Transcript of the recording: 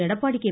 Edappadi K